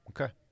Okay